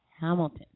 Hamilton